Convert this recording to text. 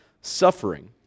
suffering